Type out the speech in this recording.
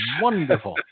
wonderful